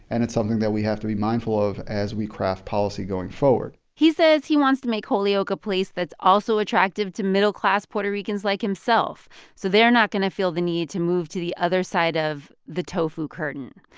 and it's something that we have to be mindful of as we craft policy going forward he says he wants to make holyoke a place that's also attractive to middle-class puerto ricans like himself so they are not going to feel the need to move to the other side of the tofu curtain.